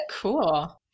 Cool